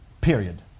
period